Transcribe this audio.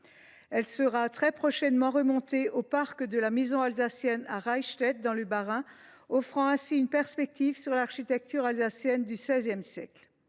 Elle sera très prochainement remontée au Parc de la Maison alsacienne à Reichstett, dans le Bas Rhin, offrant ainsi une perspective sur l’architecture alsacienne du XVI siècle.